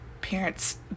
parents